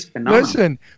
Listen